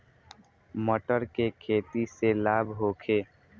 मटर के खेती से लाभ होखे?